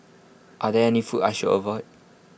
are there any foods I should avoid